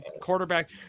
quarterback